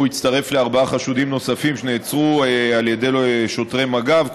הוא הצטרף לארבעה חשודים נוספים שנעצרו על ידי שוטרי מג"ב,